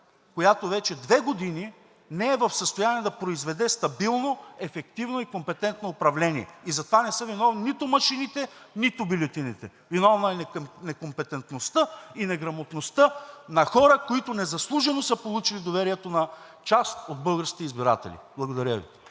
която вече две години не е в състояние да произведе стабилно, ефективно и компетентно управление. И за това не са виновни нито машините, нито бюлетините. Виновна е некомпетентността и неграмотността на хора, които незаслужено са получили доверието на част от българските избиратели. Благодаря Ви.